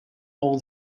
all